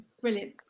brilliant